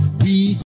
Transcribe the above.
we-